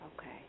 Okay